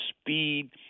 speed